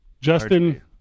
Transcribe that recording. Justin